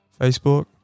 facebook